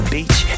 Beach